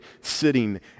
sitting